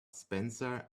spencer